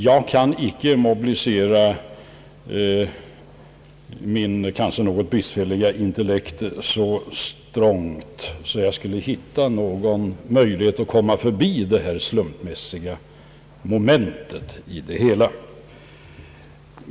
Jag kan icke mobilisera mitt kanske något bristfälliga intellekt så starkt att jag kan hitta någon möjlighet att komma förbi detta slumpmässiga moment.